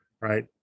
right